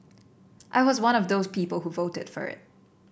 I was one of the people who voted for it